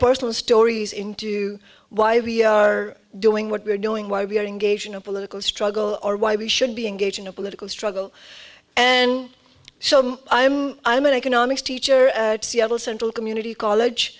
personal stories into why we are doing what we're doing why we are engaged in a political struggle or why we should be engaged in a political struggle and so i'm i'm i'm an economics teacher seattle central community college